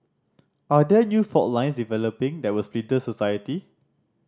are there new fault lines developing that will splinter society